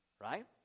Right